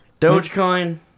Dogecoin